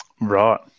Right